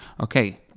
Okay